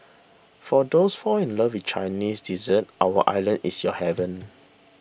for those fall in love with Chinese dessert our island is your heaven